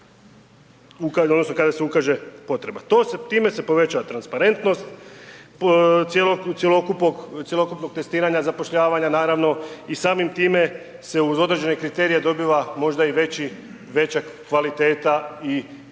odnosno kada se ukaže potreba. To se, time se povećava transparentnost cjelokupnog testiranja, zapošljavanja naravno, i samim time se uz određene kriterije dobiva možda i veća kvaliteta i veća